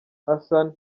hassan